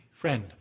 Friend